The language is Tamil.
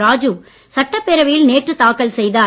ராஜு சட்டப்பேரவையில் நேற்று தாக்கல் செய்தார்